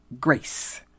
grace